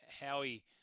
Howie